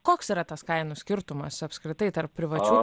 koks yra tas kainų skirtumas apskritai tarp privačių